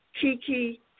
Kiki